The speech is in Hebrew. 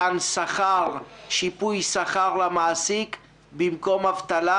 מתן שכר, שיפוי שכר למעסיק במקום אבטלה,